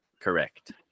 correct